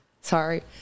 sorry